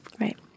Right